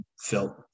felt